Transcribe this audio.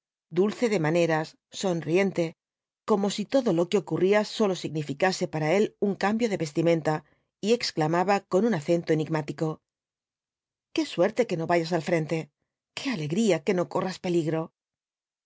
dulce de mailferas sonriente como si todo lo qufr ocurría sólo significase para él un cambio de vestimenta y exclamaba con un acento enigmático qué suerte que no vayas al frente qué alegría que no corras peligro